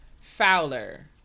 Fowler